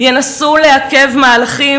כן,